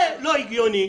זה לא הגיוני.